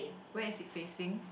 where is it facing